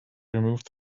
removed